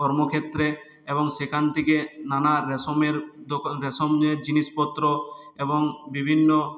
কর্মক্ষেত্রে এবং সেখান থেকে নানা রেশমের রেশমের জিনিসপত্র এবং বিভিন্ন